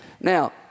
now